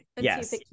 Yes